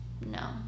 no